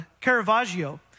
Caravaggio